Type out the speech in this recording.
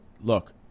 look